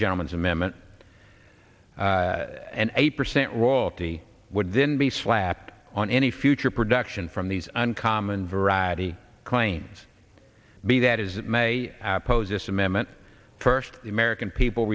gentlemen's amendment an eight percent royalty would then be slapped on any future production from these uncommon variety claims b that is it may oppose this amendment first the